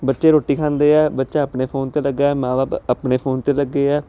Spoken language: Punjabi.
ਬੱਚੇ ਰੋਟੀ ਖਾਂਦੇ ਆ ਬੱਚਾ ਆਪਣੇ ਫੋਨ ਤੇ ਲੱਗਾ ਮਾਂ ਬਾਪ ਆਪਣੇ ਫੋਨ ਤੇ ਲੱਗੇ ਆ